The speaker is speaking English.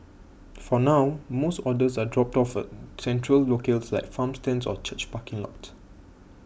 for now most orders are dropped off at central locales like farm stands or church parking lots